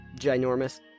ginormous